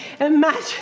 imagine